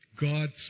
God's